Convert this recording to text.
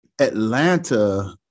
Atlanta